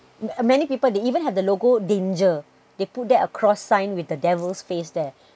mm many people they even have the logo danger they put there a across sign with the devil's face there